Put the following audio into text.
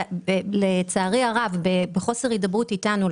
הוא חוקק בחוסר הידברות איתנו,